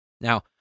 Now